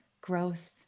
growth